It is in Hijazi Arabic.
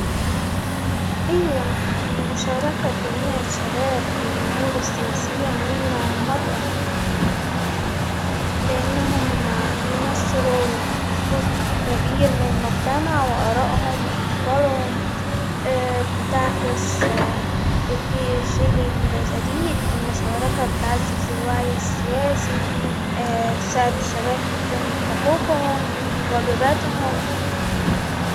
أيوا مشاركة جميع الشباب في أمور سياسية مهمة مرة، لأنهم بيمثلوا جزء كبير من المجتمع وأرائهم وأفكارهم، بتعكس الجيل الجديد المشاركة بتعزز الوعي السياسي، تساعد الشباب في فهم حقوقهم.،واجباتهم.